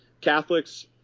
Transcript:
Catholics